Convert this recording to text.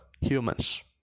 humans